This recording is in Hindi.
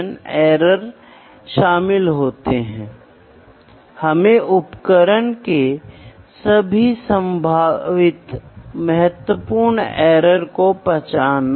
तो मैंने पिछले कक्षा में यही कहा था कि परिणाम संख्यात्मक मूल्य है आप इसे देखने की कोशिश करें